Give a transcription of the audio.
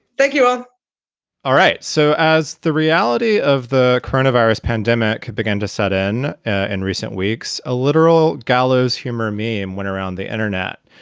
thank you ah all right. so as the reality of the coronavirus pandemic begin to set in. in recent weeks, a literal gallows humor meme went around the internet.